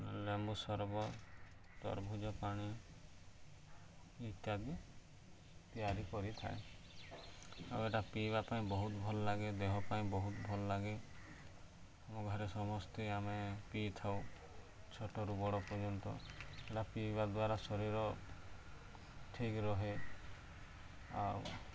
ଲେମ୍ବୁ ସର୍ବ ତରଭୁଜ ପାଣି ଇତ୍ୟାଦି ତିଆରି କରିଥାଏ ଆଉ ଏଟା ପିଇବା ପାଇଁ ବହୁତ ଭଲ ଲାଗେ ଦେହ ପାଇଁ ବହୁତ ଭଲ ଲାଗେ ଆମ ଘରେ ସମସ୍ତେ ଆମେ ପିଇଥାଉ ଛୋଟରୁ ବଡ଼ ପର୍ଯ୍ୟନ୍ତ ଏଟା ପିଇବା ଦ୍ୱାରା ଶରୀର ଠିକ୍ ରହେ